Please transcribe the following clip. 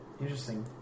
Interesting